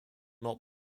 not